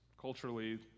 culturally